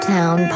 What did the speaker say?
Town